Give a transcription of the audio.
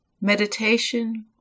meditation